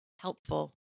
helpful